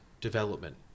development